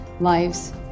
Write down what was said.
lives